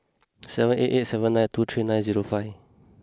seven eight eight seven nine two three nine zero five